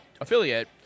affiliate